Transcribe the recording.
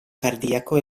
cardiaco